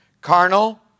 Carnal